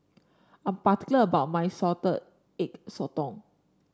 I'm particular about my Salted Egg Sotong